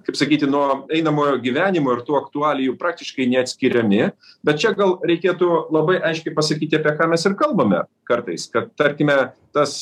kaip sakyti nuo einamojo gyvenimo ir tų aktualijų praktiškai neatskiriami bet čia gal reikėtų labai aiškiai pasakyti apie ką mes ir kalbame kartais kad tarkime tas